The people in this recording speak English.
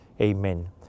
Amen